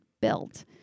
built